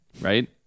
right